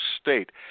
State